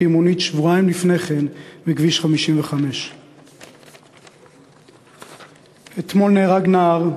עם מונית שבועיים לפני כן בכביש 55. אתמול נהרג נער,